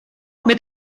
mit